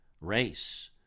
race